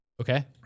Okay